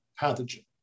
pathogen